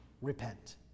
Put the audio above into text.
Repent